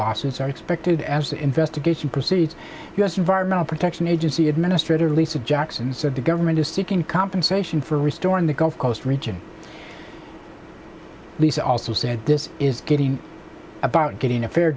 lawsuits are expected as the investigation proceeds u s environmental protection agency administrator lisa jackson said the government is seeking compensation for restoring the gulf coast region lisa also said this is getting about getting a fair